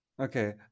Okay